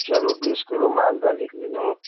चलू बीस किलो मालदह लिख लेलहुँ